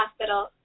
Hospital